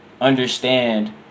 understand